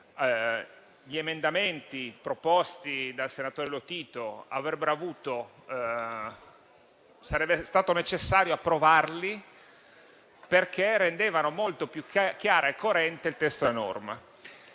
gli emendamenti proposti dal senatore Lotito sarebbe stato necessario approvarli, perché rendevano molto più chiaro e coerente il testo della norma.